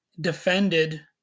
Defended